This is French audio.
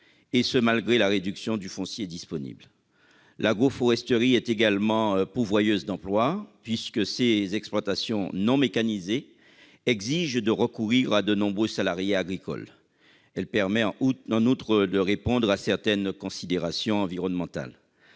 et ce malgré la réduction du foncier disponible. L'agroforesterie est également pourvoyeuse d'emplois, puisque les exploitations, non mécanisées, doivent recourir à de nombreux salariés agricoles. Son développement permet, en outre, de répondre à certaines considérations environnementales.